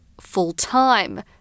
full-time